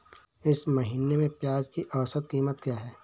इस महीने में प्याज की औसत कीमत क्या है?